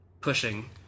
Pushing